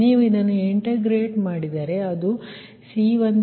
ನೀವು ಇದನ್ನು ಇಂಟಿಗ್ರೇಟ ಮಾಡಿದರೆ ಅದುC10